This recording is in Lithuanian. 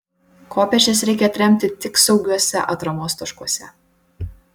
kopėčias reikia atremti tik saugiuose atramos taškuose